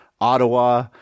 Ottawa